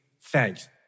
thanks